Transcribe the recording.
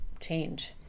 change